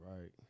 Right